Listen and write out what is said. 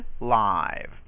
live